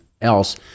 else